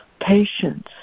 patience